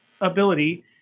ability